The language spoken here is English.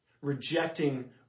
rejecting